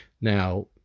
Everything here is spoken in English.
Now